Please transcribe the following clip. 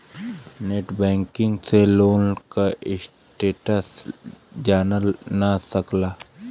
net banking से loan क status जानल जा सकला